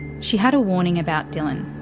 she had a warning about dylan.